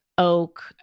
oak